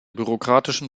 bürokratischen